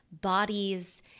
bodies